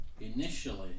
initially